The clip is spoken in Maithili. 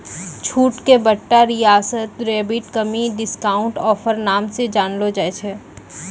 छूट के बट्टा रियायत रिबेट कमी डिस्काउंट ऑफर नाम से जानलो जाय छै